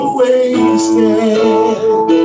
wasted